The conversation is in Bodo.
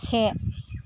से